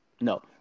No